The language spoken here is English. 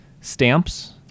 Stamps